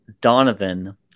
Donovan